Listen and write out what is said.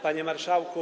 Panie Marszałku!